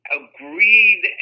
agreed